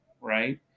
right